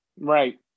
right